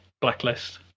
Blacklist